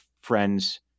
friends